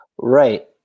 Right